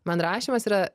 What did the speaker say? man rašymas yra